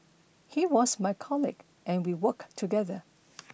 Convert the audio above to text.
he was my colleague and we worked together